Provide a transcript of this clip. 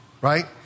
Right